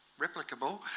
replicable